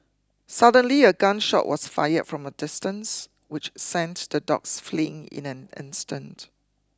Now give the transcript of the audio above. suddenly a gun shot was fired from a distance which sends the dogs fleeing in an instant